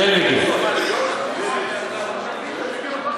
כן, מיקי.